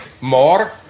more